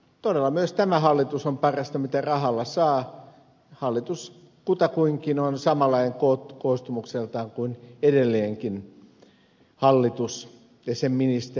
todella myös tämä hallitus on parasta mitä rahalla saa hallitus kutakuinkin on samanlainen koostumukseltaan kuin edellinenkin hallitus ja sen ministeriöstö